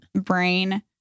brain